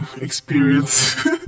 experience